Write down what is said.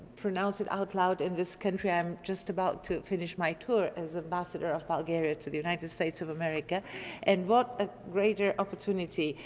pronounce it out loud in this country. i'm just about to finish my tour as ambassador of bulgaria to the united states of america and what a greater opportunity.